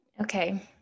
okay